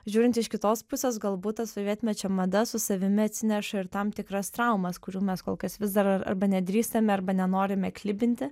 žiūrint iš kitos pusės galbūt ta sovietmečio mada su savimi atsineša ir tam tikras traumas kurių mes kol kas vis dar ar arba nedrįstame arba nenorime klibinti